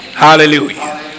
Hallelujah